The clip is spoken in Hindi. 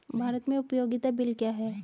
भारत में उपयोगिता बिल क्या हैं?